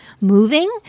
moving